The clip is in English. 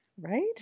Right